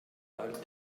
halt